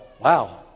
Wow